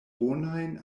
bonajn